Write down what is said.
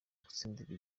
gutsindira